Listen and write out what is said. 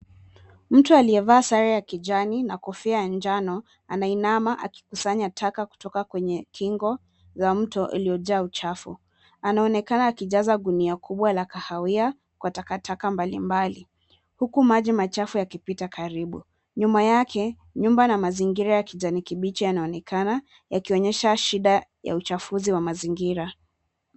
Mtu aliyevaa sare ya kijani na kofia ya njano anainama akikusanya taka kutoka kwenye kingo za mto uliojaa uchafu. Anaonekana akijaza gunia kubwa la kahawia kwa takataka mbalimbali huku maji machafu yakipita karibu. Nyuma yake, nyumba na mazingira ya kijani kibichi yanaonekana yakionyesha shida ya uchafuzi wa mazingira.